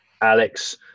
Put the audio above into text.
Alex